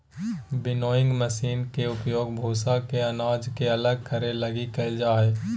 winnowing machine के उपयोग भूसा से अनाज के अलग करे लगी कईल जा हइ